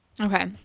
Okay